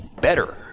better